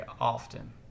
often